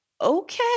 okay